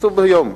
כתוב ביום.